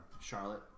Charlotte